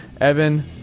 evan